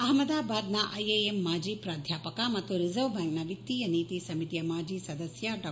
ಅಹಮದಾಬಾದ್ನ IIM ಮಾಜಿ ಪ್ರಾಧ್ಯಾಪಕ ಮತ್ತು ರಿಸರ್ವ್ ಬ್ಯಾಂಕ್ ನ ವಿತ್ತೀಯ ನೀತಿ ಸಮಿತಿಯ ಮಾಜಿ ಸದಸ್ಯ ಡಾ